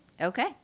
Okay